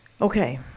Okay